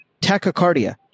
tachycardia